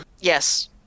Yes